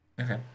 okay